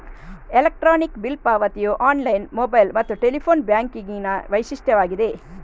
electronic bill ಪಾವತಿಯು online, mobile ಮತ್ತು telephone ಬ್ಯಾಂಕಿಂಗಿನ ವೈಶಿಷ್ಟ್ಯವಾಗಿದೆ